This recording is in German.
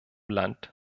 land